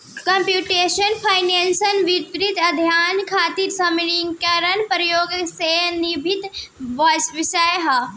computational finance वित्तीय अध्ययन खातिर संगणकीय प्रयोग से संबंधित विषय ह